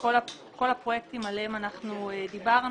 כל הפרויקטים עליהם אנחנו דיברו,